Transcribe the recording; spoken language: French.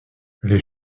les